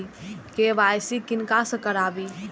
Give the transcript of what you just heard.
KYC किनका से कराबी?